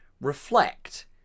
reflect